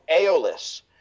Aeolus